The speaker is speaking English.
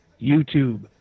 YouTube